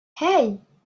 hey